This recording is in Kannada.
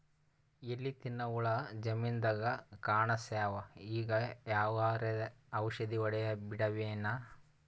ಎಲಿ ತಿನ್ನ ಹುಳ ಜಮೀನದಾಗ ಕಾಣಸ್ಯಾವ, ಈಗ ಯಾವದರೆ ಔಷಧಿ ಹೋಡದಬಿಡಮೇನ?